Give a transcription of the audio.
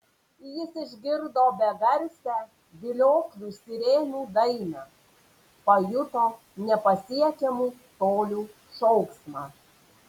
jis išgirdo begarsę vilioklių sirenų dainą pajuto nepasiekiamų tolių šauksmą